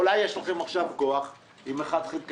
אולי יש לכם עכשיו כוח עם 1/12,